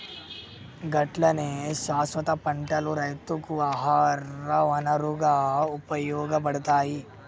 గట్లనే శాస్వత పంటలు రైతుకు ఆహార వనరుగా ఉపయోగపడతాయి